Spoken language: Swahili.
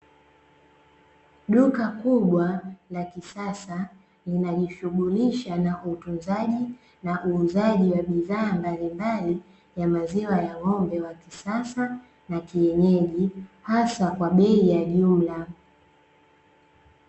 Duka kubwa la kisasa linajishughulisha na utunzaji na uuzaji wa bidhaa mbalimbali ya maziwa ya ng’ombe, wa kisasa na kienyeji, hasa kwa bei ya jumla.